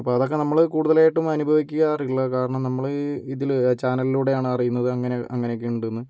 അപ്പം അതൊക്കെ നമ്മൾ കൂടുതൽ ആയിട്ടും അനുഭവിക്കാറില്ല കാരണം നമ്മളീ ഇതിൽ ചാനലിലൂടെ ആണ് അറിയുന്നത് അങ്ങനെ അങ്ങനെയൊക്കെ ഉണ്ടെന്ന്